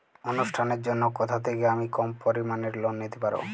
অনুষ্ঠানের জন্য কোথা থেকে আমি কম পরিমাণের লোন নিতে পারব?